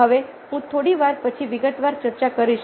હવે હું થોડી વાર પછી વિગતવાર ચર્ચા કરીશ